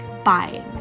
Buying